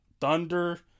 Thunder